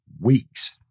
weeks